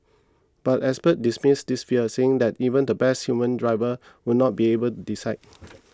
but experts dismiss this fear saying that even the best human driver would not be able decide